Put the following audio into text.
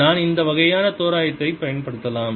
நான் இந்த வகையான தோராயத்தை பயன்படுத்தலாம்